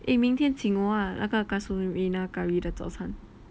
eh 明天请我啦那个 casuarina curry 的早餐